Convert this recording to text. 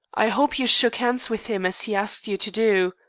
i hope you shook hands with him as he asked you to do?